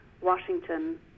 Washington